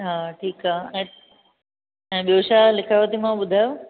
हा ठीकु आहे ऐं ॿियो छा लिखवायो अथई मां ॿुधायो